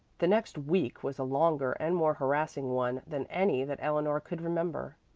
the next week was a longer and more harassing one than any that eleanor could remember.